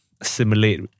assimilate